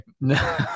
No